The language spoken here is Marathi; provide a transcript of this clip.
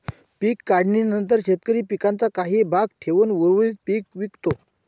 पीक काढणीनंतर शेतकरी पिकाचा काही भाग ठेवून उर्वरित पीक विकतो